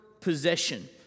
possession